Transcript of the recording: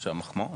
אפשר מחמאות.